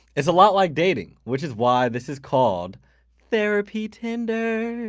it's a lot like dating, which is why this is called therapy tinder.